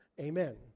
Amen